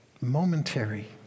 Momentary